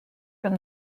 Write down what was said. from